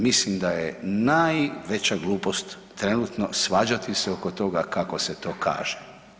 Mislim da je najveća glupost trenutno svađati se oko toga kako se to kaže.